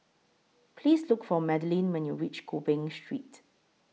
Please Look For Madelynn when YOU REACH Gopeng Street